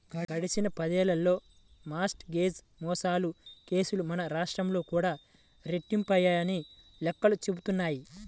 గడిచిన పదేళ్ళలో mortgage మోసాల కేసులు మన రాష్ట్రంలో కూడా రెట్టింపయ్యాయని లెక్కలు చెబుతున్నాయి